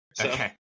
Okay